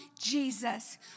Jesus